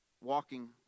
walking